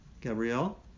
Gabrielle